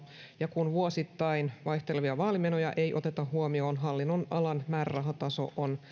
ja kun vuosittain vaihtelevia vaalimenoja ei oteta huomioon hallinnonalan määrärahataso on